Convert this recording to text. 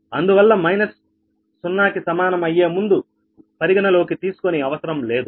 అందువల్ల మైనస్ 0 కి సమానం అయ్యే ముందు పరిగణలోకి తీసుకొనే అవసరం లేదు